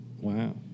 wow